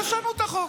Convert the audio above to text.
תשנו את החוק.